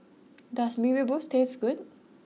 does Mee Rebus taste good